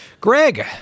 Greg